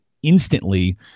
instantly